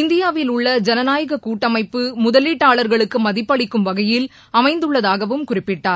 இந்தியாவில் உள்ள ஜனநாயகக் கட்டமைப்பு முதலீட்டாளர்களுக்கு மதிப்பளிக்கும் வகையில் அமைந்துள்ளதாகவும் குறிப்பிட்டார்